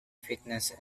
fitness